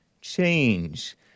Change